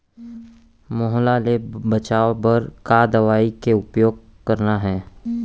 माहो ले बचाओ बर का दवई के उपयोग करना हे?